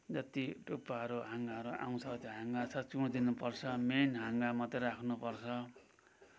जति टुप्पाहरू हाँगाहरू त्यो आउँछ हाँगा सब चुँडिदिनु पर्छ मेन हाँगा मात्रै राख्नु पर्छ